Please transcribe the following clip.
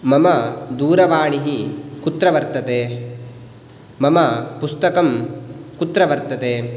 मम दूरवाणी कुत्र वर्तते मम पुस्तकं कुत्र वर्तते